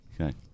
Okay